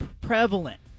prevalent